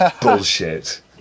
bullshit